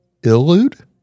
Illude